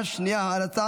אינו נוכח,